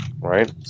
Right